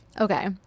Okay